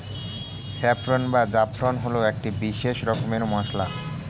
saffron বা জাফরান হল একটি বিশেষ রকমের মশলা